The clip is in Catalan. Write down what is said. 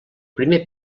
primer